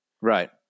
right